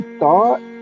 thought